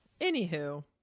Anywho